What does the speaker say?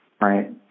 right